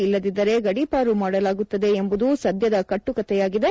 ಇಲ್ಲದಿದ್ದರೇ ಗಡೀಪಾರು ಮಾಡಲಾಗುತ್ತದೆ ಎಂಬುದು ಸದ್ಯದ ಕಟ್ಟುಕತೆಯಾಗಿದೆ